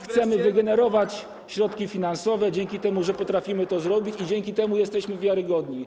chcemy wygenerować środki finansowe, dzięki temu, że potrafimy to zrobić, i dzięki temu, że jesteśmy wiarygodni.